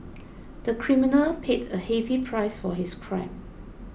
the criminal paid a heavy price for his crime